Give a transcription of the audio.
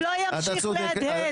משלהם.